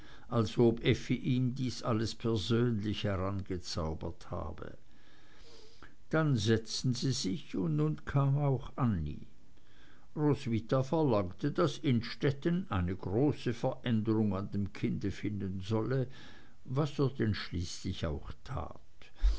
als ob effi ihm das alles persönlich herangezaubert habe dann setzten sie sich und nun kam auch annie roswitha verlangte daß innstetten eine große veränderung an dem kinde finden solle was er denn auch schließlich tat